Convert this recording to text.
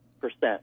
percent